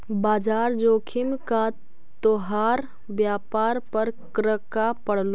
बाजार जोखिम का तोहार व्यापार पर क्रका पड़लो